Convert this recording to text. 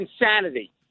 insanity